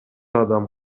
адам